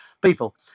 people